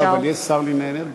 לא, אבל יש שר לענייני אנרגיה.